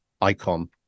icon